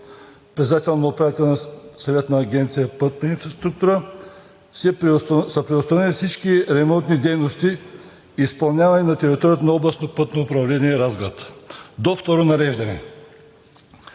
председател на Управителния съвет на Агенция „Пътна инфраструктура“, са преустановени всички ремонтни дейности, изпълнявани на територията на Областно пътно управление Разград до второ нареждане.